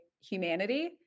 humanity